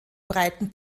breiten